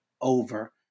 over